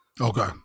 Okay